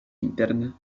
interna